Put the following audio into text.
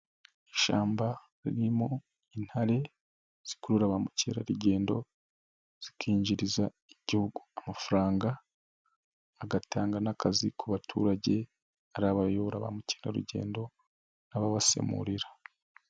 Ishyamba ririmo intare zikurura ba mukerarugendo zikinjiriza Igihugu amafaranga agatanga n'akazi ku baturage, ari abayobora ba mukerarugendo n'ababasemurira.